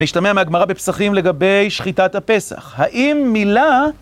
נשתמע מהגמרא בפסחים לגבי שחיטת הפסח. האם מילה...